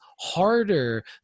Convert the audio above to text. harder